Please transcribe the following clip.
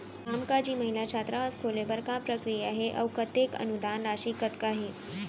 कामकाजी महिला छात्रावास खोले बर का प्रक्रिया ह अऊ कतेक अनुदान राशि कतका हे?